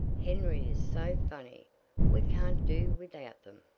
henry is so funny we can't do without them.